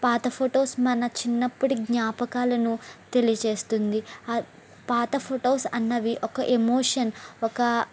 పాత ఫొటోస్ మన చిన్నప్పటి జ్ఞాపకాలను తెలియజేస్తుంది ఆ పాత ఫొటోస్ అన్నవి ఒక ఎమోషన్ ఒక